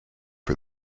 for